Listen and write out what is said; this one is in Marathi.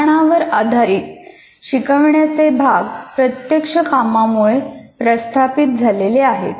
प्रमाणावर आधारित शिकवण्याचे भाग प्रत्यक्ष कामामुळे प्रस्थापित झालेले आहेत